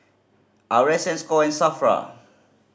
R S going SAFRA